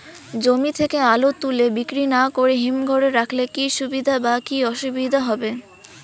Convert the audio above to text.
জমি থেকে আলু তুলে বিক্রি না করে হিমঘরে রাখলে কী সুবিধা বা কী অসুবিধা হবে?